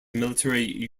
military